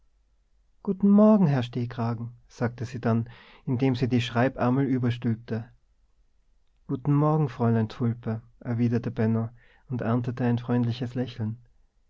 guten morgen herr stehkragen sagte sie dann indem sie die schreibärmel überstülpte guten morgen fräulein tulpe erwiderte benno und erntete ein freundliches lächeln